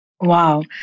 Wow